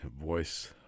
voice